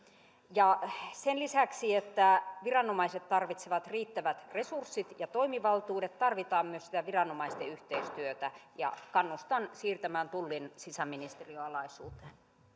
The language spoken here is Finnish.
sen lisäksi että viranomaiset tarvitsevat riittävät resurssit ja toimivaltuudet tarvitaan myös sitä viranomaisten yhteistyötä ja kannustan siirtämään tullin sisäministeriön alaisuuteen